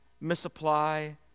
misapply